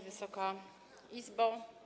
Wysoka Izbo!